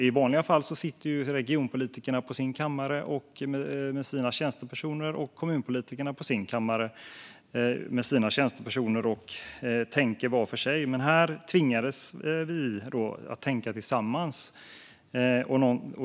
I vanliga fall sitter regionpolitikerna på sin kammare med sina tjänstepersoner och kommunpolitikerna på sin kammare med sina tjänstepersoner och tänker var för sig, men här tvingades vi att tänka tillsammans.